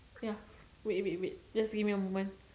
ya wait wait wait just give me a moment